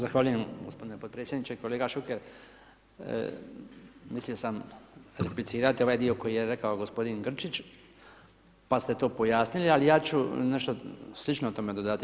Zahvaljujem gospodine podpredsjedniče, kolega Šuker, mislio sam replicirati ovaj dio koji je rekao gospodin Grčić, pa ste to pojasnili ali ja ću nešto slično o tome dodati.